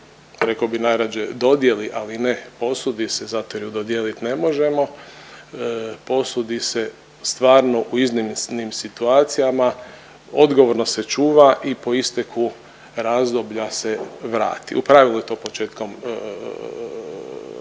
rekao bi najrađe dodijeli ali ne posudi se zato jer je dodijelit ne možemo, posudi se stvarno u iznimnim situacijama, odgovorno se čuva i po isteku razdoblja se vrati. U pravilu je to početkom vatrogasne